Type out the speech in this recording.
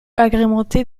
agrémenté